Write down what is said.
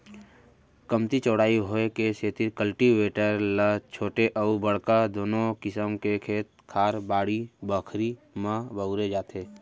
कमती चौड़ाई होय के सेतिर कल्टीवेटर ल छोटे अउ बड़का दुनों किसम के खेत खार, बाड़ी बखरी म बउरे जाथे